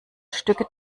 stücke